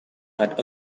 had